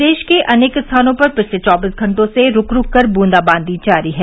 प्रदेश के अनेक स्थानों पर पिछले चौबीस घंटों से रूक रूक कर बूंदाबांदी जारी है